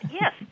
yes